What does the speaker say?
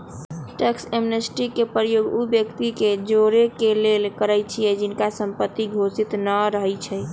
tax amnesty के प्रयोग उ व्यक्ति के जोरेके लेल करइछि जिनकर संपत्ति घोषित न रहै छइ